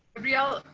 gabrielle,